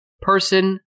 person